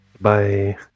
Bye